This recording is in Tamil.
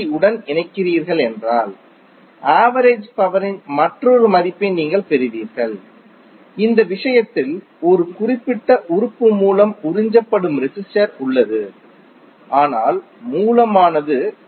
யுடன் இணைக்கிறீர்கள் என்றால் ஆவரேஜ் பவரின் மற்றொரு மதிப்பை நீங்கள் பெறுவீர்கள் இந்த விஷயத்தில் ஒரு குறிப்பிட்ட உறுப்பு மூலம் உறிஞ்சப்படும் ரெசிஸ்டர் உள்ளது ஆனால் மூலமானது டி